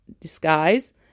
disguise